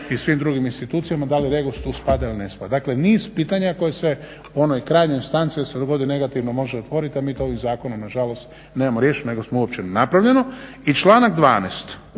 i svim drugim institucijama. Da li REGOS tu spada ili ne spada? Dakle niz pitanja koje se u onoj krajnjoj instanci ako se dogodi negativno može otvorit, a mi to ovim zakonom nažalost nemamo riješeno nego … napravljeno. I članak 12.,